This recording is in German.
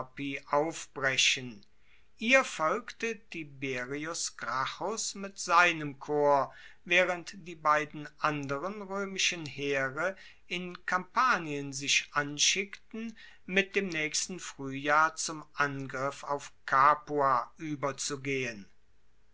aufbrechen ihr folgte tiberius gracchus mit seinem korps waehrend die beiden anderen roemischen heere in kampanien sich anschickten mit dem naechsten fruehjahr zum angriff auf capua ueberzugehen